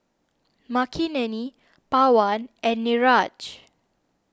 Makineni Pawan and Niraj